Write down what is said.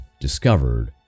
discovered